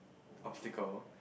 obstacle